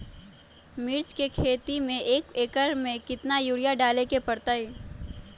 मिर्च के खेती में एक एकर में कितना यूरिया डाले के परतई?